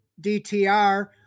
DTR